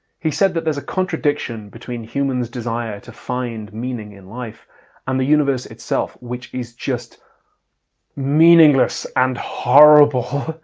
he said that there's a contradiction between humans' desire to find meaning in life and the universe itself which is just meaningless and horrible.